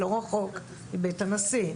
לא רחוק מבית הנשיא,